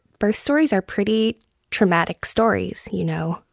birth stories are pretty traumatic stories. you know,